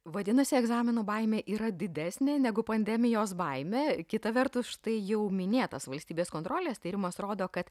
vadinasi egzaminų baimė yra didesnė negu pandemijos baimė kita vertus štai jau minėtas valstybės kontrolės tyrimas rodo kad